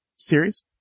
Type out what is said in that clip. Series